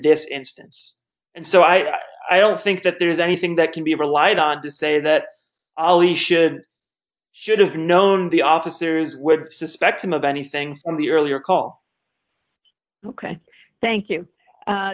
this instance and so i i don't think that there's anything that can be relied on to say that all we should should have known the officers would suspect them of anything from the earlier call thank you